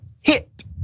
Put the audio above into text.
hit